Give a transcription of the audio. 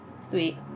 Sweet